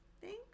Thanks